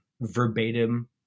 verbatim